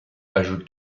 ajoutent